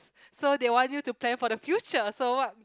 so they want you to plan for the future so what